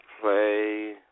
play